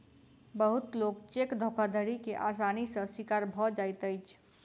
बहुत लोक चेक धोखाधड़ी के आसानी सॅ शिकार भ जाइत अछि